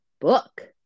book